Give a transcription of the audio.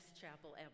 chapel